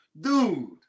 Dude